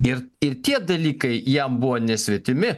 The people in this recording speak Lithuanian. ir ir tie dalykai jam buvo nesvetimi